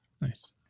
Nice